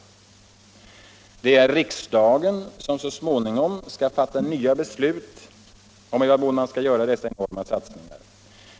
Det är riksdagen som så småningom skall fatta nya beslut om i vad mån man skall göra dessa enorma satsningar.